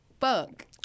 fuck